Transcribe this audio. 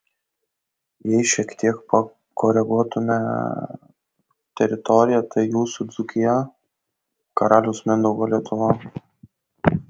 jei šiek tiek pakoreguotume teritoriją tai jūsų dzūkija karaliaus mindaugo lietuva